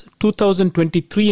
2023